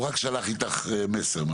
הוא רק שלח איתך מסר.